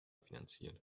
finanziert